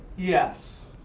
yes,